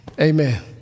amen